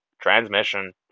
transmission